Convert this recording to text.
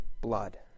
blood